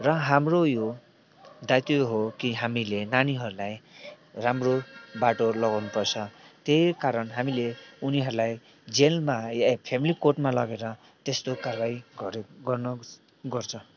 र हाम्रो यो दायित्व हो कि हामीले नानीहरूलाई राम्रो बाटो लगाउनु पर्छ त्यही कारण हामीले उनीहरूलाई जेलमा ए फ्यामिली कोर्टमा लगेर त्यसको कारबाही गर्नु गर्छ